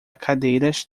cadeiras